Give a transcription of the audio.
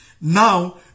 Now